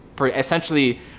essentially